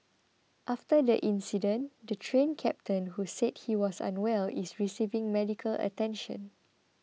after the incident the Train Captain who said he was unwell is receiving medical attention